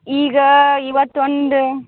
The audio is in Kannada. ಈಗ ಇವತ್ತು ಒಂದು